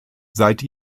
seit